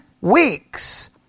weeks